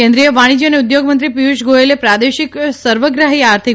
કેન્રીક ય વાણીજય અને ઉદ્યોગમંત્રી પિયુષ ગોયલે પ્રાદેશિક સર્વગ્રાહી આર્થિક